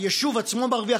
היישוב עצמו מרוויח,